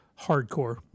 hardcore